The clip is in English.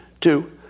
Two